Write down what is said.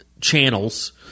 channels